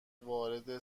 وارد